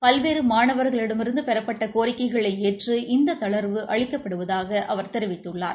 பல்வேறு மாணவர்களிடமிருந்து பெறப்பட்ட கோரிக்கைகளை ஏற்று இந்த தளர்வு அளிக்கப்படுவதாக அவர் தெரிவித்துள்ளார்